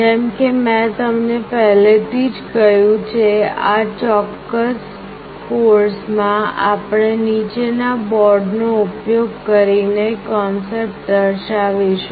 જેમ કે મેં તમને પહેલેથી જ કહ્યું છે આ ચોક્કસ કોર્સમાં આપણે નીચેના બોર્ડનો ઉપયોગ કરીને કૉન્સેપ્ટ દર્શાવીશું